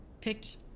picked